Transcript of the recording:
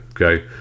Okay